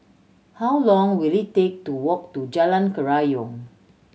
how long will it take to walk to Jalan Kerayong